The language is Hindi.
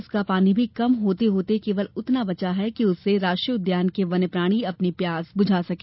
उसका पानी भी कम होते होते केवल इतना बचा है कि उससे राष्ट्रीय उद्यान के वन्य प्राणी अपनी प्यास बुझा सके